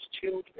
children